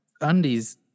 undies